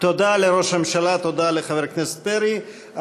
תודה לראש הממשלה, תודה לחבר הכנסת פרי.